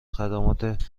خدمات